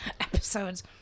Episodes